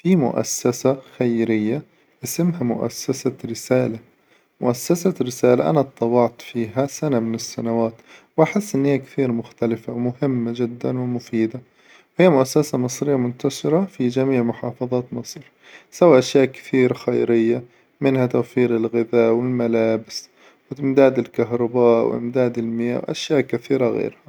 في مؤسسة خيرية اسمها مؤسسة رسالة، مؤسسة رسالة أنا اطوعت فيها سنة من السنوات، وأحس إنها كثير مختلفة، ومهمة جدا ومفيدة، هي مؤسسة مصرية منتشرة في جميع محافظات مصر، تسوي أشياء كثيرة خيرية منها: توفير الغذاء والملابس، وإمداد الكهربا، وإمداد المياه، وأشياء كثيرة غيرها.